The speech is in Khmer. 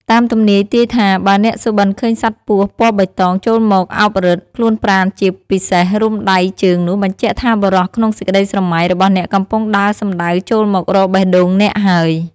តាមទំនាយទាយថាបើអ្នកសុបិនឃើញសត្វពស់ពណ៌បៃតងចូលមកអោបរឹត ខ្លួនប្រាណជាពិសេសរុំដៃជើងនោះបញ្ជាក់ថាបុរសក្នុងសេចក្តីស្រមៃ របស់អ្នកកំពុងដើរសំដៅចូលមករកបេះដូងអ្នកហើយ។